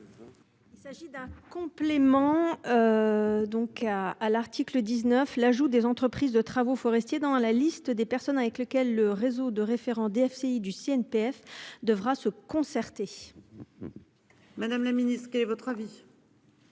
Il s'agit d'un complément. Donc à à l'article 19 l'ajout des entreprises de travaux forestiers dans la liste des personnes avec lequel le réseau de référents DFCI du CNPF devra se concerter. Madame la Ministre, quel est votre avis.